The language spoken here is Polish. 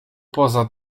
poza